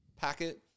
packet